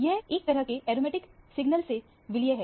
यह एक तरह से एरोमेटिक सिग्नल से विलय है